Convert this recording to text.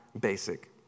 basic